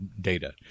data